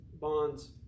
bonds